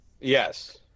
Yes